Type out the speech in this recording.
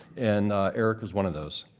and eric was one of those.